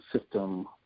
system